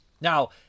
Now